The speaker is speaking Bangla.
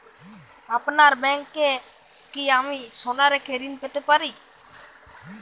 আপনার ব্যাংকে কি আমি সোনা রেখে ঋণ পেতে পারি?